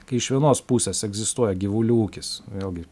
kai iš vienos pusės egzistuoja gyvulių ūkis vėlgi